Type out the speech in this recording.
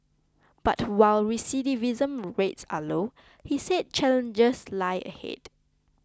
but while recidivism rates are low he said challenges lie ahead